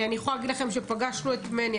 אני יכולה להגיד לכם שפגשנו את מני,